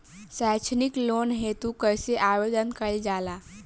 सैक्षणिक लोन हेतु कइसे आवेदन कइल जाला?